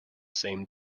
same